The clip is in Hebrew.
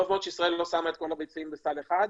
טוב מאוד שישראל לא שמה את כל הביצים בסל אחד.